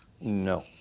No